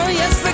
yes